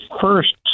first